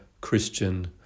Christian